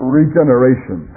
regeneration